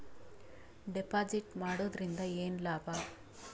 Deposit ಮಾಡುದರಿಂದ ಏನು ಲಾಭ?